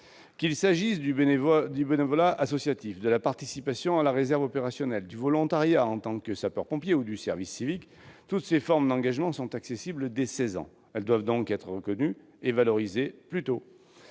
Qu'il s'agisse du bénévolat associatif, de la participation à la réserve opérationnelle, du volontariat en tant que sapeur-pompier ou du service civique, toutes ces formes d'engagement sont accessibles dès 16 ans ; elles doivent donc être reconnues et valorisés plus tôt.